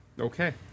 Okay